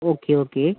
okay okay